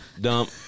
dump